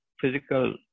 physical